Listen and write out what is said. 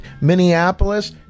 Minneapolis